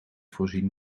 voorzien